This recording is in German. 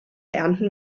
ernten